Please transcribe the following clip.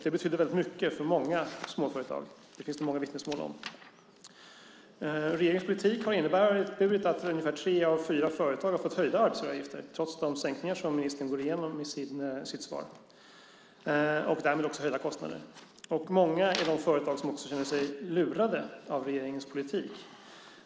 Det betydde väldigt mycket för många småföretag - det finns det många vittnesmål om. Regeringens politik har inneburit att ungefär tre av fyra företag har fått höjda arbetsgivaravgifter - trots de sänkningar som ministern går igenom i sitt svar - och därmed också höjda kostnader. Många är de företag som känner sig lurade av regeringens politik.